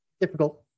Difficult